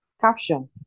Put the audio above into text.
Caption